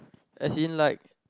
as in like